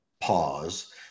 pause